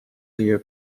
clear